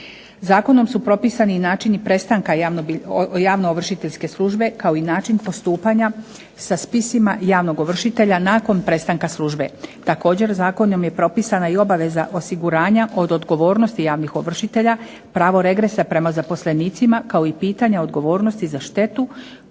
Zakonom su propisani i načini prestanka javno ovršiteljske službe kao i način postupanja sa spisima javnog ovršitelja nakon prestanka službe. Također, zakonom je propisana i obaveza osiguranja od odgovornosti javnih ovršitelja, pravo regresa prema zaposlenicima kao i pitanje odgovornosti za štetu